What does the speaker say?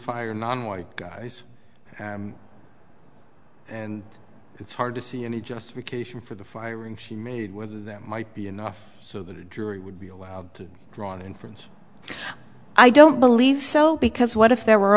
fire non white guys and it's hard to see any justification for the firing she made whether that might be enough so that a jury would be allowed to draw an inference i don't believe so because what if there were